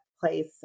place